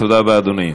תודה רבה, אדוני.